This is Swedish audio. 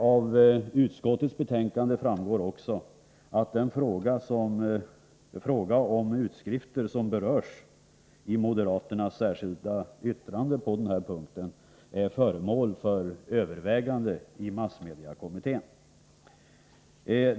Av utskottets betänkande framgår också att den fråga om utskrifter som berörs i moderaternas särskilda yttrande på denna punkt är föremål för övervägande i massmediekommittén.